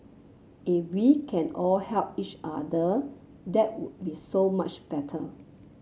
if we can all help each other that would be so much better